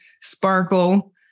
Sparkle